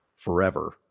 forever